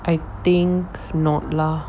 I think not lah